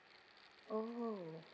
oh